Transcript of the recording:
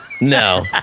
No